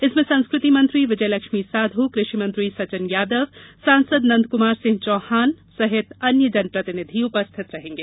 इसमें संस्कृति मंत्री विजयलक्ष्मी साधौ कृषि मंत्री सचिन यादव सांसद नंदकुमार सिंह चौहान सहित अन्य जनप्रतिनिधि उपस्थित रहेंगे